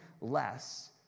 less